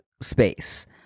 space